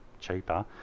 cheaper